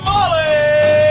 Molly